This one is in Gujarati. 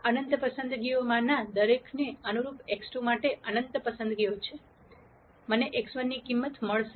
આ અનંત પસંદગીઓમાંના દરેકને અનુરૂપ x2 માટે અનંત પસંદગીઓ છે મને x1 ની કિંમત મળશે